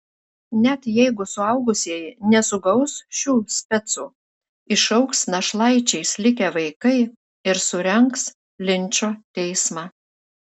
net jeigu suaugusieji nesugaus šių specų išaugs našlaičiais likę vaikai ir surengs linčo teismą